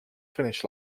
finish